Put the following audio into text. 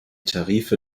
tarife